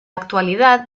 actualidad